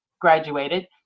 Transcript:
graduated